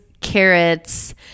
carrots